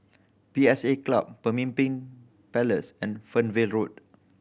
P S A Club Pemimpin Place and Fernvale Road